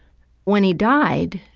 when he died,